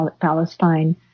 Palestine